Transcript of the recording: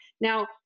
now